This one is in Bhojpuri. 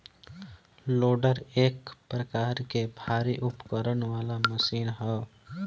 लोडर एक प्रकार के भारी उपकरण वाला मशीन ह